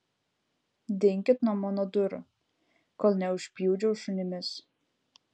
dinkit nuo mano durų kol neužpjudžiau šunimis